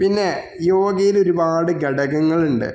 പിന്നെ യോഗയിലൊരുപാട് ഘടകങ്ങളുണ്ട്